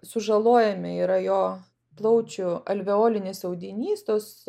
sužalojami yra jo plaučių alveolinis audinys tos